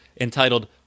entitled